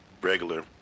Regular